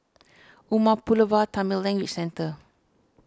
Umar Pulavar Tamil Language Centre